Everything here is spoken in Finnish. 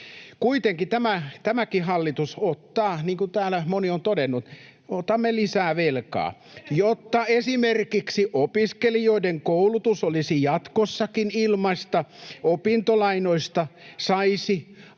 Kuitenkin tämäkin hallitus ottaa — niin kuin täällä moni on todennut — lisää velkaa, [Jussi Saramo: Enemmän kuin edellinen!] jotta esimerkiksi opiskelijoiden koulutus olisi jatkossakin ilmaista, opintolainoista saisi ajoissa